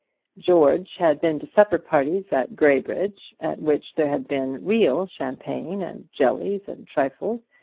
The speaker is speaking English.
george had been to supper-parties at graybridge at which there had been real champagne, and jellies, and trifles,